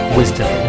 wisdom